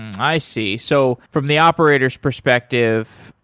i see. so from the operator's perspective,